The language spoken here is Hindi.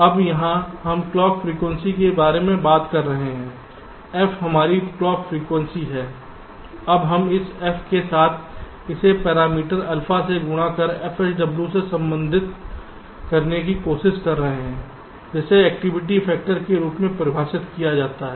अब यहां हम क्लॉक फ्रीक्वेंसी के बारे में बात कर रहे हैं f हमारी क्लॉक फ्रीक्वेंसी है अब हम इस f के साथ इसे पैरामीटर अल्फा से गुणा कर fSW से संबंधित करने की कोशिश कर रहे हैं जिसे एक्टिविटी फैक्टर के रूप में परिभाषित किया गया है